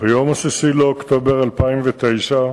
ביום ט"ו באב התשס"ט (5 באוגוסט 2009):